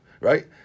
Right